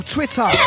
Twitter